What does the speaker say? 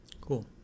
Cool